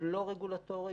לא רגולטורי,